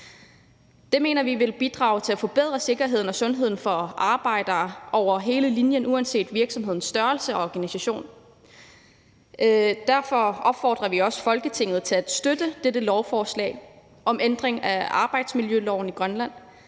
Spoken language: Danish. Det mener vi vil bidrage til at forbedre sikkerheden og sundheden for arbejdere over hele linjen uanset virksomhedens størrelse og organisation. Derfor opfordrer vi også Folketinget til at støtte dette lovforslag om en ændring af arbejdsmiljøloven i Grønland.